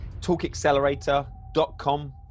talkaccelerator.com